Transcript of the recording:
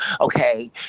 okay